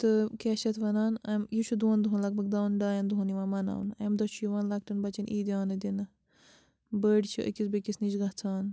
تہٕ کیٛاہ چھِ اَتھ وَنان اَمہِ یہِ چھُ دۄن دۄہَن لَگ بھگ دۄن ڈایَن دۄہَن یِوان مَناونہٕ اَمہِ دۄہ چھُ یِوان لۄکٹیٚن بَچَن عیٖدیانہٕ دِنہٕ بٔڑۍ چھِ أکِس بیٚیِس نِش گژھان